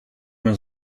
mijn